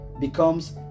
becomes